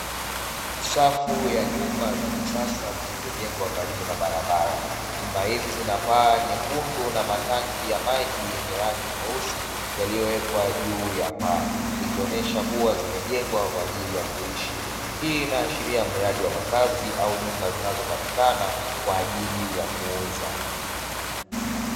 Safu ya nyumba za kisasa zilizojengwa karibu na barabara. Nyumba hizi zina paa nyekundu na matanki ya maji yenye rangi nyeusi yaliyowekwa juu ya paa, ikionyesha kuwa zimejengwa kwa ajili ya kuishi. Hii inaashiria mradi wa makazi au nyumba zinazopatikana kwa ajili ya kuuza.